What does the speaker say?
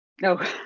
No